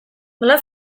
nola